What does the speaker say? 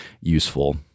useful